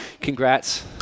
congrats